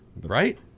Right